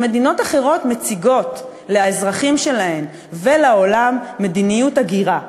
שמדינות אחרות מציגות לאזרחים שלהן ולעולם מדיניות הגירה שאומרת: